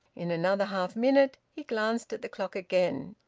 in another half-minute he glanced at the clock again,